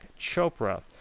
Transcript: Chopra